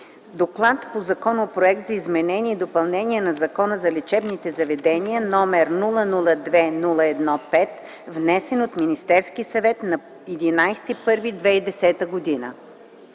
„ДОКЛАД по Законопроект за изменение и допълнениа на Закона за лечебните заведения, № 002-01-5, внесен от Министерския съвет на 11